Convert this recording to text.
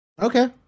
Okay